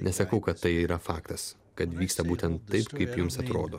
nesakau kad tai yra faktas kad vyksta būtent taip kaip jums atrodo